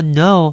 no